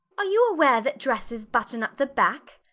are you aware that dresses button up the back?